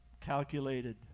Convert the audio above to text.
calculated